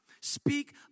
Speak